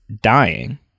dying